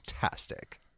fantastic